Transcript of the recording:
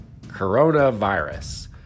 coronavirus